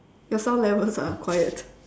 your sound levels are quiet